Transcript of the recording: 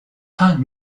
tank